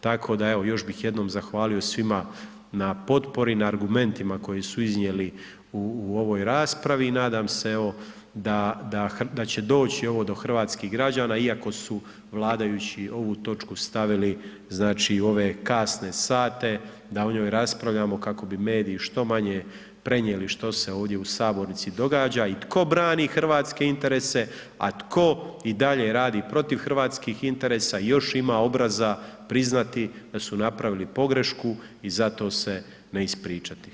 Tako da evo još bih jednom zahvalio svima na potpori, na argumentima koje su iznijeli u ovoj raspravi i nadam se evo da će doći ovo do hrvatskih građana iako su vladajući ovu točku stavili znači u ove kasne sate, da o njoj raspravljamo kako bi mediji što manje prenijeli što se ovdje u sabornici događa i tko brani hrvatske interese, a tko i dalje radi protiv hrvatskih interesa i još ima obraza priznati da su napravili pogrešku i za to se ne ispričati.